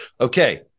Okay